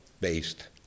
based